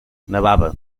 nevava